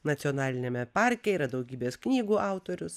nacionaliniame parke yra daugybės knygų autorius